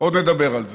עוד נדבר על זה.